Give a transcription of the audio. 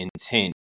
intent